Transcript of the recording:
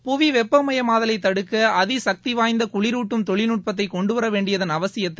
புவி வெப்பம்யமாதலைத் தடுக்க அதி சக்தி வாய்ந்த குளிரூட்டும் தொழில்நுட்பத்தை கொண்டுவர வேண்டியதன் அவசியத்தை